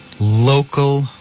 local